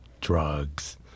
drugs